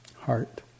heart